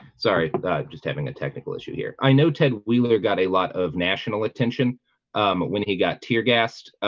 sorry. i'm just having a technical issue here. i know ted wheeler got a lot of national attention um when he got tear gassed, ah,